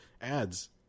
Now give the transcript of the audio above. ads